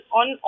on